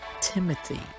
Timothy